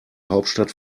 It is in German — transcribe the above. hauptstadt